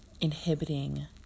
inhibiting